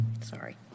Sorry